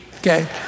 okay